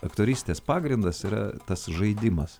aktorystės pagrindas yra tas žaidimas